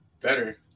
Better